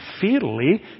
fairly